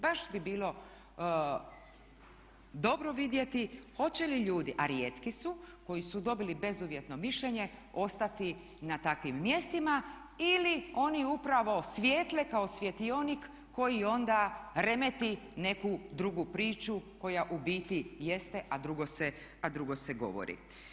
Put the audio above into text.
Baš bi bilo dobro vidjeti hoće li ljudi, a rijetki su koji su dobili bezuvjetno mišljenje ostati na takvim mjestima ili oni upravo svijetle kao svjetionik koji onda remeti neku drugu priču koja u biti jeste, a drugo se govori.